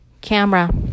Camera